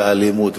ואלימות,